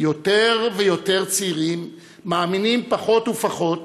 יותר ויותר צעירים מאמינים פחות ופחות